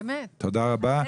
תודה רבה.